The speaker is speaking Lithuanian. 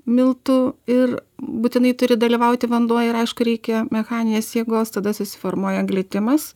miltų ir būtinai turi dalyvauti vanduo ir aišku reikia mechaninės jėgos tada susiformuoja glitimas